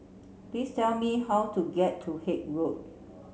please tell me how to get to Haig Road